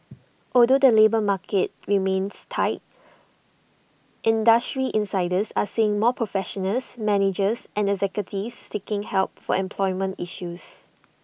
although the labour market remains tight industry insiders are seeing more professionals managers and executives seeking help for employment issues